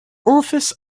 office